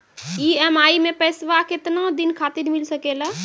EMI मैं पैसवा केतना दिन खातिर मिल सके ला?